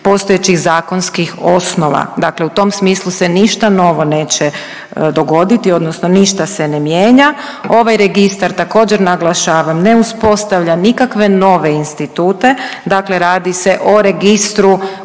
postojećih zakonskih osnova. Dakle, u tom smislu se ništa novo neće dogoditi odnosno ništa se ne mijenja. Ovaj registar također naglašavam ne uspostavlja nikakve nove institute, dakle radi se o registru